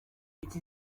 iki